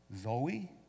Zoe